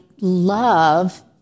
love